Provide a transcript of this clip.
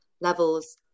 levels